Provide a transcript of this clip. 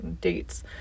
dates